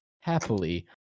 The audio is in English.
happily